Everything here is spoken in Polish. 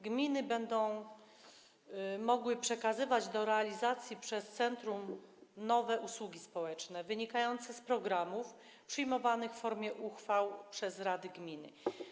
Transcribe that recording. Gminy będą mogły przekazywać do realizacji przez centrum nowe usługi społeczne określone w programach przyjmowanych w formie uchwał przez rady gmin.